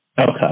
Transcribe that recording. Okay